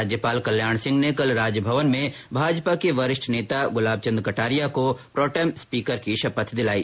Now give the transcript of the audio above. राज्यपाल कल्याण सिंह ने कल राजभवन में भाजपा के वरिष्ठ नेता गुलाब चन्द कटारिया को प्रोटेम स्पीकर की शपथ दिलाई